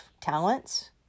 talents